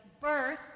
birth